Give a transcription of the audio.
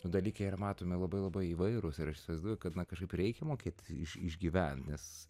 dalykai yra matomi labai labai įvairūs ir aš įsivaizduoju kad na kažkaip reikia mokėt iš išgyvent nes